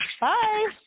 Bye